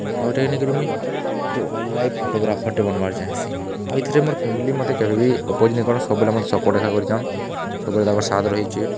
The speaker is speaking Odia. ଆଉ ଇଟାକେ ନେଇକିରି ମୁଇଁ ଗୁଟେ ୱାଇଲ୍ଡ ଲାଇଫ୍ ଫଟୋଗ୍ରାଫର୍ଟେ ବନ୍ବାର୍ ଚାହେଁସି ଆର୍ ଇଥିରେ ମୋର୍ ଫ୍ୟାମିଲି ମତେ କେବେ ବି ଅପୋଜ୍ ନିକରନ୍ ସବେ ମତେ ସପୋର୍ଟ୍ ଏକା କରିଚନ୍ ସବୁବେଲେ ତାଙ୍କର୍ ସାଥ୍ ରହିଚେ